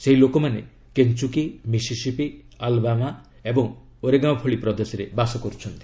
ସେହି ଲୋକମାନେ Kentucky Mississippi Alabama ଏବଂ ଓରେଗାଓଁ ଭଳି ପ୍ରଦେଶରେ ବାସ କରୁଛନ୍ତି